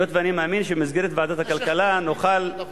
היות שאני מאמין שבמסגרת ועדת הכלכלה נוכל